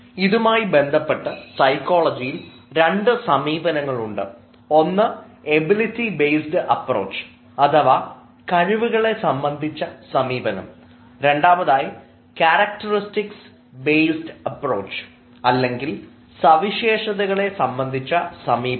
ഇതുമായി ബന്ധപ്പെട്ട് സൈക്കോളജിയിൽ രണ്ട് സമീപനങ്ങൾ ഉണ്ട് ഒന്ന് എബിലിറ്റി ബേസ്ഡ് അപ്രോച് അഥവാ കഴിവുകളെ സംബന്ധിച്ച സമീപനം രണ്ടാമതായി ക്യാരക്ടറിസ്റ്റിക്സ് ബേസ്ഡ് അപ്രോച് അല്ലെങ്കിൽ സവിശേഷതകളെ സംബന്ധിച്ച സമീപനം